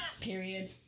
period